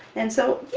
and so,